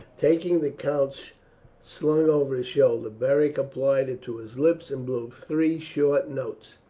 taking the conch slung over his shoulder beric applied it to his lips and blew three short notes.